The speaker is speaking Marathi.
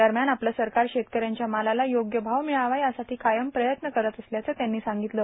दरम्यान आपलं सरकार शेतकऱ्यांच्या मालाला योग्य भाव मिळावा यासाठी कायम प्रयत्न करत असल्याचं त्यांनी सांगितलं